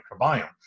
microbiome